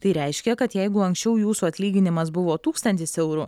tai reiškia kad jeigu anksčiau jūsų atlyginimas buvo tūkstantis eurų